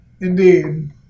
Indeed